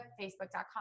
facebook.com